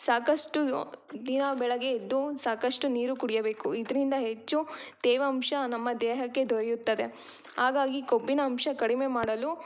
ಸಾಕಷ್ಟು ಯೋ ದಿನ ಬೆಳಗ್ಗೆ ಎದ್ದು ಸಾಕಷ್ಟು ನೀರು ಕುಡಿಯಬೇಕು ಇದರಿಂದ ಹೆಚ್ಚು ತೇವಾಂಶ ನಮ್ಮ ದೇಹಕ್ಕೆ ದೊರೆಯುತ್ತದೆ ಹಾಗಾಗಿ ಕೊಬ್ಬಿನಾಂಶ ಕಡಿಮೆ ಮಾಡಲು